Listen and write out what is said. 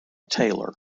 taylor